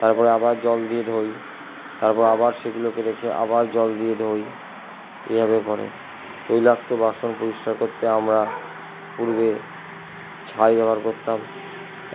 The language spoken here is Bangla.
তারপরে আবার জল দিয়ে ধোয় তারপর আবার সেগুলোকে রেখে আবার জল দিয়ে ধোয় এভাবে করে তৈলাক্ত বাসন পরিষ্কার করতে আমরা পূর্বে ছাই ব্যবহার করতাম